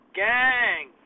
gang